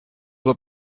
vois